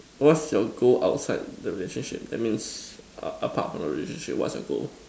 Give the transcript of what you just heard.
what's your goal outside the relationship that means uh apart from the relationship what's your goal